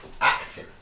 acting